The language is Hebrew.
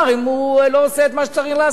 אם הוא לא עושה את מה שצריך לעשות,